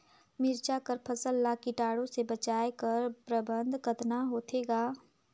मिरचा कर फसल ला कीटाणु से बचाय कर प्रबंधन कतना होथे ग?